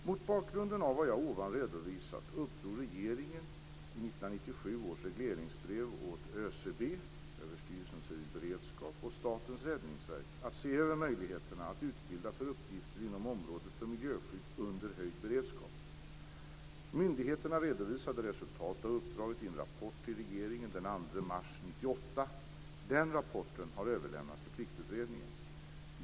Mot bakgrund av vad jag ovan redovisat uppdrog regeringen i 1997 års regleringsbrev åt ÖCB, Överstyrelsen för civil beredskap, och Statens räddningsverk att se över möjligheterna att utbilda för uppgifter inom området för miljöskydd under höjd beredskap. Myndigheterna redovisade resultatet av uppdraget i en rapport till regeringen den 2 mars 1998. Rapporten har överlämnats till Pliktutredningen.